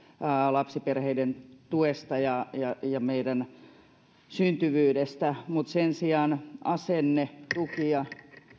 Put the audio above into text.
lapsiperheiden tuesta ja ja syntyvyydestä mutta sen sijaan asenne tuki ja